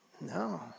No